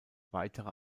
weitere